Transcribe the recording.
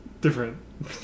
different